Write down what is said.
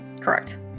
Correct